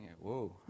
Whoa